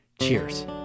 Cheers